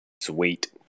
Sweet